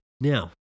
Now